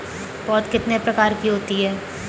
पौध कितने प्रकार की होती हैं?